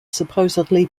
supposedly